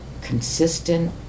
consistent